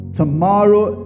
tomorrow